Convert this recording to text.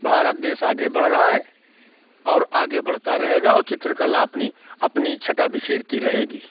भारत देश आगे बढ़ रहा है और आगे बढ़ता रहेगा और चित्रकला अपनी अपनी छटा बिखेरती रहेगी